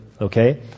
Okay